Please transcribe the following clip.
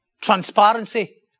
transparency